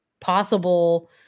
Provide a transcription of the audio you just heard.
possible